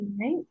right